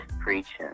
preaching